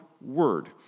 word